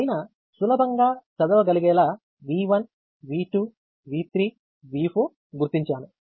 పైన సులభంగా చదవగలిగేలా V1V2 V3 V4 గుర్తించాను